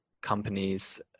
companies